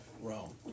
Rome